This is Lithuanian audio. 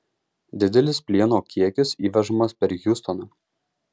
didelis plieno kiekis įvežamas per hjustoną